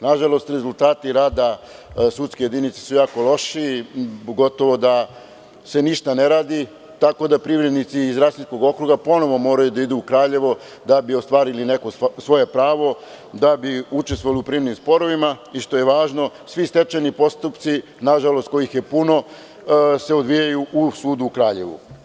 Nažalost, rezultati rada sudske jedinice su jako loši, gotovo da se ništa ne radi, tako da privrednici iz rasinskog okruga ponovo moraju da idu u Kraljevo da bi ostvarili neko svoje pravo, da bi učestvovali u privrednim sporovima i što je važno, svi stečajni postupci, kojih je, nažalost, puno, odvijaju se u sudu u Kraljevu.